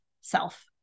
self